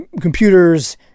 computers